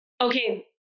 okay